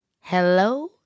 Hello